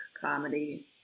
comedy